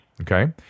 Okay